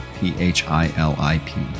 P-H-I-L-I-P